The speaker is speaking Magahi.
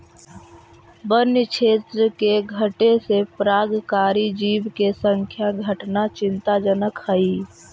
वन्य क्षेत्र के घटे से परागणकारी जीव के संख्या घटना चिंताजनक हइ